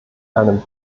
einem